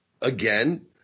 again